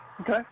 Okay